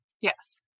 Yes